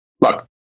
look